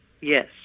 Yes